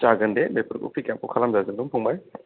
जागोन दे बिफोरखौ फिकआफ खौ खालामजागोन फंबाइ